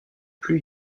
plus